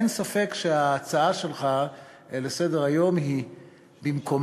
אין ספק שההצעה שלך לסדר-היום היא במקומה,